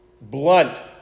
blunt